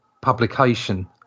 publication